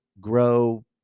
grow